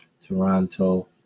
Toronto